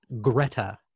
Greta